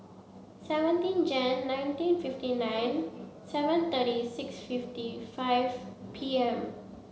seventeen Jan nineteen fifty nine seven thirty six fifty five P M